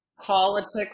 Politics